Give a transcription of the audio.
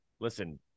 listen